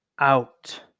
out